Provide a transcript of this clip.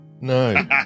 No